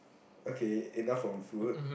okay enough from food